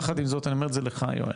יחד עם זאת, אני אומר את זה לך יואל,